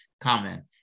comment